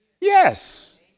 yes